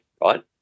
right